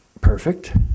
perfect